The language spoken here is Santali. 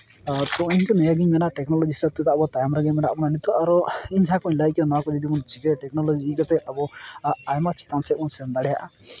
ᱟᱨ ᱤᱧᱫᱚ ᱱᱤᱭᱟᱹᱜᱤᱧ ᱢᱮᱱᱟ ᱴᱮᱠᱱᱚᱞᱚᱡᱤ ᱦᱤᱥᱟᱹᱵ ᱛᱮᱫᱚ ᱟᱵᱚ ᱛᱟᱭᱚᱢ ᱨᱮᱜᱮ ᱢᱮᱱᱟᱜ ᱵᱚᱱᱟ ᱱᱤᱛᱚᱜ ᱟᱨᱚ ᱤᱧ ᱡᱟᱦᱟᱸᱠᱚᱧ ᱞᱟᱹᱭ ᱠᱮᱫᱟ ᱱᱚᱣᱟᱠᱚ ᱡᱩᱫᱤ ᱵᱚᱱ ᱪᱤᱠᱟᱹᱭᱟ ᱴᱮᱠᱱᱳᱞᱚᱡᱤ ᱤᱫᱤ ᱠᱟᱛᱮᱫ ᱟᱵᱚ ᱟᱭᱢᱟ ᱪᱮᱛᱟᱱ ᱥᱮᱫ ᱵᱚᱱ ᱥᱮᱱ ᱫᱟᱲᱮᱭᱟᱜᱼᱟ